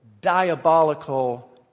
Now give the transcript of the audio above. diabolical